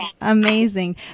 Amazing